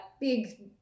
big